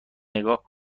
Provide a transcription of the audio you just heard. نگاه